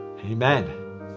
Amen